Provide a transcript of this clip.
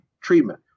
treatment